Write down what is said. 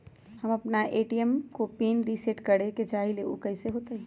हम अपना ए.टी.एम के पिन रिसेट करे के चाहईले उ कईसे होतई?